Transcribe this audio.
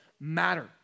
matter